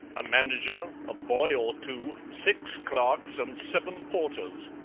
a manager, a boy or two, six clerks, and seven porters.